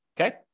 okay